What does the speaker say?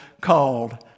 called